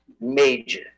Major